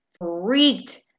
freaked